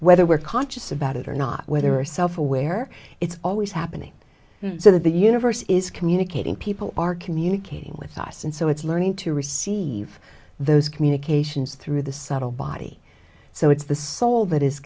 weather we're conscious about it or not whether or self aware it's always happening so that the universe is communicating people are communicating with us and so it's learning to receive those communications through the subtle body so it's the soul that is